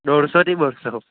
દોઢસોથી બસો